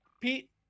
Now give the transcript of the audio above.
Pete